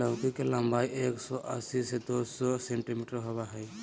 लौकी के लम्बाई एक सो अस्सी से दू सो सेंटीमिटर होबा हइ